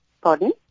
Pardon